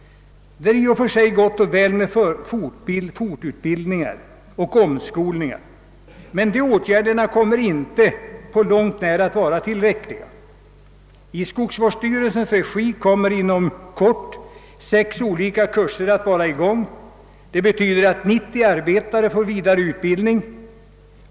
Det är i och för sig gott och väl med fortbildning och omskolning, men dessa åtgärder räcker inte på långt när. I skogsvårds styrelsens regi kommer inom kort sex olika kurser att vara i gång. Det betyder att 90 arbetare får vidareutbildning.